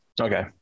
Okay